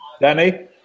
Danny